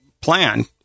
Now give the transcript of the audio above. plan